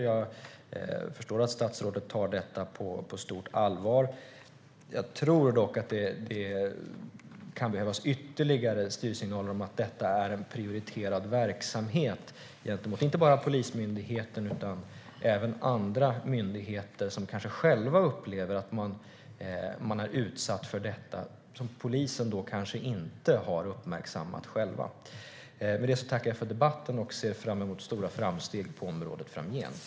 Jag förstår att statsrådet tar detta på stort allvar. Jag tror dock att det kan behövas ytterligare styrsignaler om att detta är en prioriterad verksamhet, inte bara gentemot Polismyndigheten utan även andra myndigheter, som kanske upplever att de är utsatta men att polisen inte har uppmärksammat det. Med det tackar jag för debatten. Jag ser fram emot stora framsteg på området framgent.